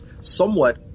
somewhat